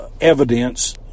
evidence